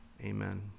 Amen